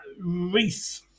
Reese